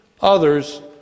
others